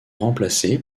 remplacés